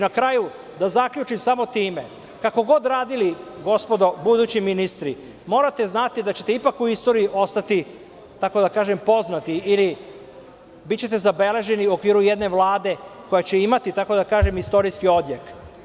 Na kraju, da zaključim samo time, kako god radili, gospodo budući ministri, morate znate da ćete ipak u istoriji ostati poznati ili bićete zabeleženi u okviru jedne vlade koja će imati istorijski odjek.